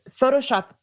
Photoshop